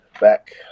back